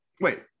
wait